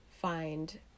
find